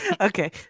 Okay